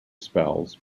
spells